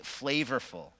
flavorful